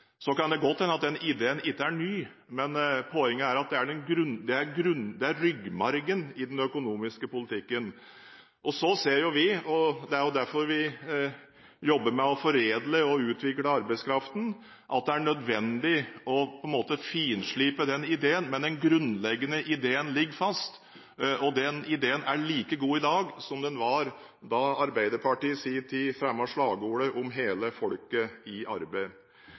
Så kan det godt hende at den ideen ikke er ny, men poenget er at det er ryggmargen i den økonomiske politikken. Så ser jo vi – og det er derfor vi jobber med å foredle og utvikle arbeidskraften – at det er nødvendig å finslipe den ideen. Men den grunnleggende ideen ligger fast, og den er like god i dag som den var da Arbeiderpartiet i sin tid fremmet slagordet «Hele folket i arbeid».